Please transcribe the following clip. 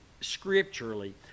scripturally